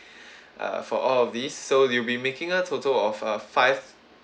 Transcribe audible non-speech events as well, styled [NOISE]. [BREATH] uh for all of these so you'll will be making a total of uh five